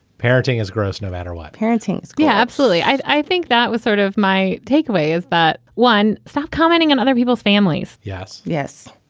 parenting is gross no matter what parenting is yeah, absolutely. i i think that was sort of my takeaway is. but one stop commenting on and other people's families. yes. yes.